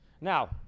Now